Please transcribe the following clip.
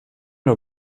nur